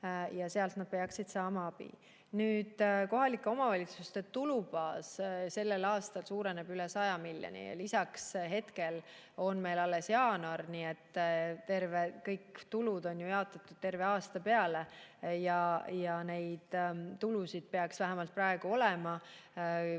ja sealt nad peaksid saama abi. Kohalike omavalitsuste tulubaas sellel aastal suureneb üle 100 miljoni. Lisaks on meil alles jaanuar, kõik tulud on ju jaotatud terve aasta peale ja neid tulusid peaks vähemalt praegu olema.